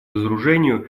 разоружению